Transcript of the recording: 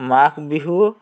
Magh Bihu